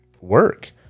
work